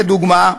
לדוגמה,